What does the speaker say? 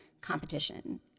competition